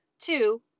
two